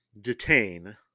detain